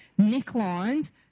necklines